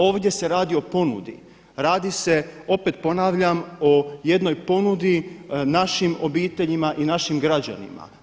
Ovdje se radi o ponudi, radi se opet ponavljam o jednoj ponudi našim obiteljima i našim građanima.